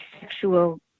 sexual